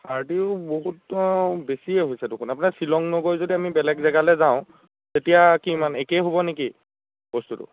থাৰ্টীও বহুত বেছিয়ে হৈছে দেখোন আপোনাৰ শ্বিলং নগৈ যদি আমি বেলেগ জেগালৈ যাওঁ তেতিয়া কিমান একেই হ'ব নে কি বস্তুটো